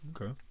Okay